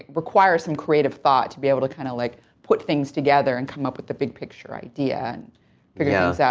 requires some creative thought to be able to kind of, like, put things together and come up with a big-picture idea and figure things out.